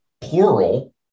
plural